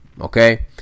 okay